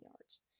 yards